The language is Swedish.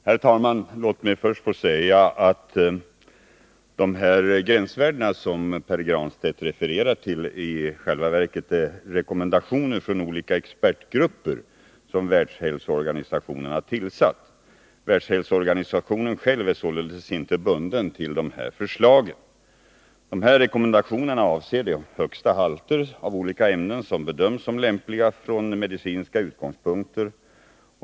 Herr talman! Låt mig först få säga att de gränsvärden som Pär Granstedt refererar till i själva verket är rekommendationer från olika expertgrupper som Världshälsoorganisationen har tillsatt. Världshälsoorganisationen är således inte bunden till dessa förslag. Rekommendationerna avser de högsta halter av olika ämnen som bedöms lämpliga från medicinska utgångspunkter.